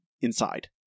inside